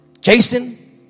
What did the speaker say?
Jason